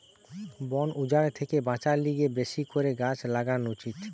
বন উজাড় থেকে বাঁচার লিগে বেশি করে গাছ লাগান উচিত